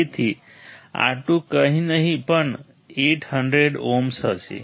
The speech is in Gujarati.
તેથી R2 કંઈ નહીં પણ 800 ઓહ્મ હશે